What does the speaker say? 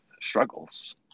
struggles